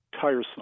tiresome